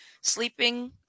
sleeping